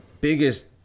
biggest